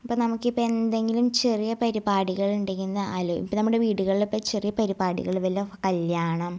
ഇപ്പം നമുക്കിപ്പം എന്തെങ്കിലും ചെറിയ പരിപാടികളുണ്ടെങ്കിന്നാൽ ഇപ്പം നമ്മുടെ വീടുകളിലിപ്പം ചെറിയ പരിപാടികൾ വല്ല കല്യാണം